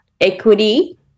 equity